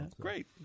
great